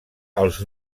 als